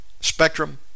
spectrum